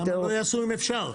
למה לא יעשו אם אפשר?